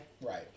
Right